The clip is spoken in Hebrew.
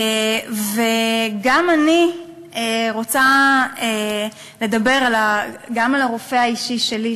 גם אני רוצה לדבר על הרופא האישי שלי,